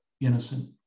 innocent